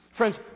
Friends